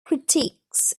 critiques